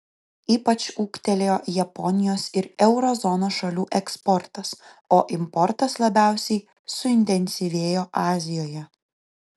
ypač ūgtelėjo japonijos ir euro zonos šalių eksportas o importas labiausiai suintensyvėjo azijoje